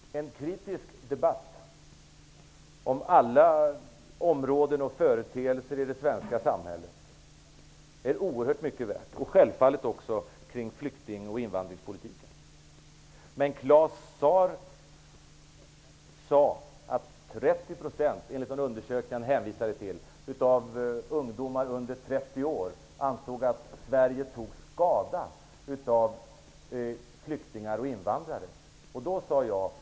Herr talman! En kritisk debatt om alla områden och företeelser i det svenska samhället är oerhört mycket värd, och självfallet också kring flyktingoch invandringspolitiken. Men Claus Zaar sade att 60 % av ungdomarna under 30 år ansåg att Sverige tar skada av flyktingar och invandrare, enligt en undersökning han hänvisade till.